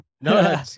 no